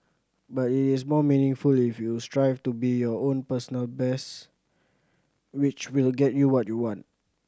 but it is more meaningful if you strive to be your own personal best which will get you what you want